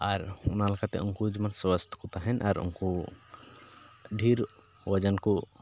ᱟᱨ ᱚᱱᱟ ᱞᱮᱠᱟᱛᱮ ᱩᱱᱠᱩ ᱡᱮᱢᱚᱱ ᱥᱟᱥᱛᱷ ᱠᱚ ᱛᱟᱦᱮᱱ ᱟᱨ ᱩᱱᱠᱩ ᱰᱷᱮᱹᱨ ᱳᱡᱚᱱ ᱠᱚ